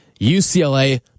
UCLA